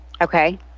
Okay